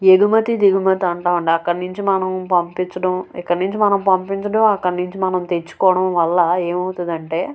ఎగుమతి దిగుమతి అంటాము అండి అక్కడ నుంచి మనం పంపించడం ఇక్కడ నుంచి మనం పంపించడం అక్కడ నుంచి మనం తెచ్చుకోవడం వల్ల ఏమవుతుంది అంటే